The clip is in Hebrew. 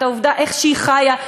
איך היא חיה,